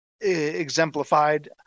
exemplified